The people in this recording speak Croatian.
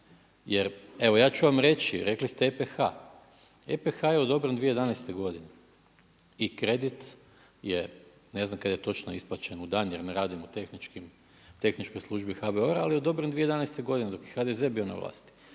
jer evo ja ću vam reći rekli ste EPH-a. EPH je odobren 2011. godine i kredit, ne znam kada je točno isplaćen u dan jer ne radim u tehničkoj službi HBOR-a, ali odobren je 2011. godine dok je HDZ bio na vlasti.